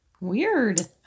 Weird